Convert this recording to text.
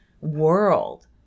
world